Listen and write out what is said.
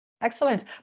Excellent